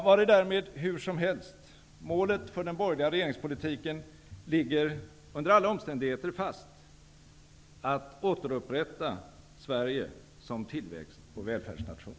Vare därmed hur som helst -- målet för den borgerliga regeringspolitiken ligger under alla omständigheter fast: att återupprätta Sverige som tillväxt och välfärdsnation.